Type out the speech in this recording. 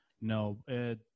no